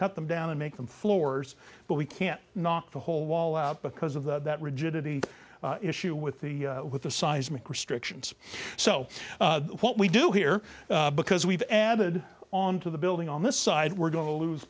cut them down and make them floors but we can't knock the whole wall out because of the rigidity issue with the with the seismic restrictions so what we do here because we've added on to the building on this side we're